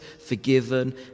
forgiven